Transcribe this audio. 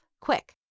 quick